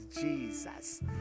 Jesus